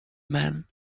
man